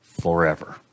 forever